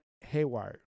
haywire